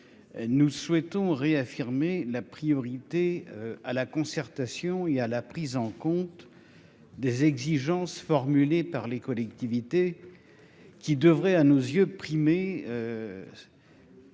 nous souhaitons réaffirmer la priorité à la concertation et à la prise en compte des exigences formulées par les collectivités, qui devrait, à nos yeux primer